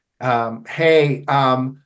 hey